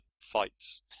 fights